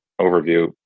overview